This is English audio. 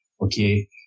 okay